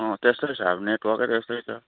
त्यस्तै छ अब नेटवर्क नै त्यस्तै छ